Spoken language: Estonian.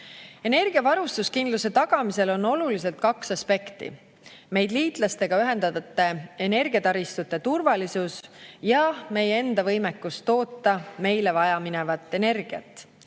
Energiavarustuskindluse tagamisel on olulised kaks aspekti: meid liitlastega ühendavate energiataristute turvalisus ja meie enda võimekus toota meile vajaminevat energiat.